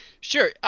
Sure